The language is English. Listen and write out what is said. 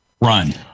run